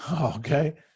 okay